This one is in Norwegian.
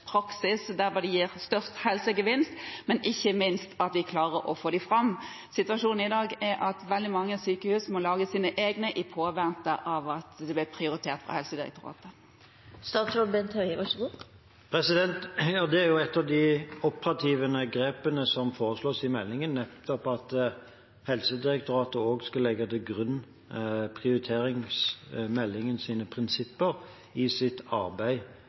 praksis, der hvor det gir størst helsegevinst, men ikke minst at vi klarer å få dem fram? Situasjonen i dag er at veldig mange sykehus må lage sine egne i påvente av at det blir prioritert fra Helsedirektoratet. Det er jo et av de operative grepene som foreslås i meldingen, at Helsedirektoratet også skal legge til grunn prioriteringsmeldingens prinsipper i sitt arbeid